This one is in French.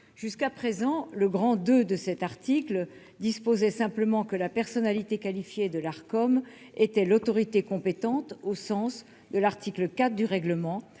jusqu'à présent, le grand de de cet article disposait simplement que la personnalité qualifiée de l'Arcom était l'autorité compétente au sens de l'article 4 du règlement